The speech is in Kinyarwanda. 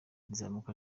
izamuka